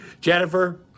Jennifer